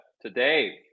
today